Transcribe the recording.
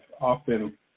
often